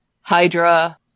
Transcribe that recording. HYDRA